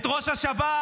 את ראש השב"כ,